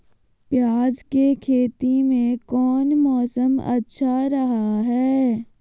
प्याज के खेती में कौन मौसम अच्छा रहा हय?